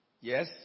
Yes